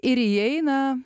ir įeina